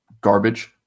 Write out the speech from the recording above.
garbage